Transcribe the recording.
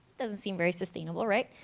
doesn't seem very sustainable right?